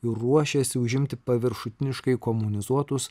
ir ruošiasi užimti paviršutiniškai komunizuotus